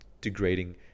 degrading